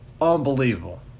Unbelievable